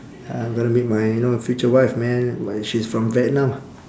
I'm gonna meet my you know future wife man but she's from vietnam